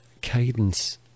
Cadence